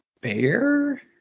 bear